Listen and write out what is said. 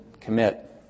commit